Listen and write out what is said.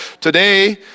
today